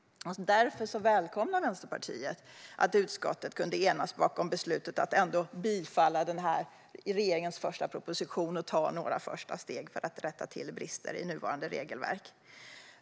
Därför välkomnar Vänsterpartiet att utskottet kunde enas bakom beslutet att ändå bifalla regeringens första proposition och ta några första steg för att rätta till brister i nuvarande regelverk.